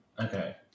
Okay